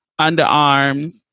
underarms